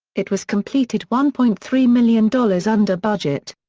it was completed one point three million dollars under budget.